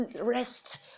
rest